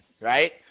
right